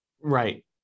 Right